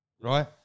right